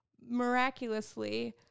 miraculously